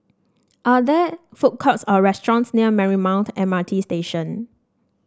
are there food courts or restaurants near Marymount M R T Station